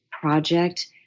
project